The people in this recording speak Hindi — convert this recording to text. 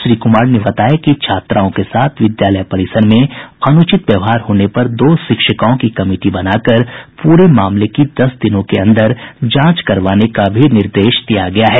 श्री कुमार ने बताया कि छात्राओं के साथ विद्यालय परिसर में अनूचित व्यवहार होने पर दो शिक्षिकाओं की कमिटी बनाकर पूरे मामले की दस दिनों के अंदर जांच करवाने का भी निर्देश दिया गया है